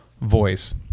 voice